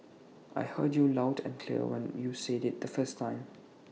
I heard you loud and clear when you said IT the first time